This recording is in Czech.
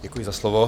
Děkuji za slovo.